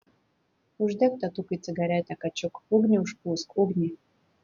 uždek tėtukui cigaretę kačiuk ugnį užpūsk ugnį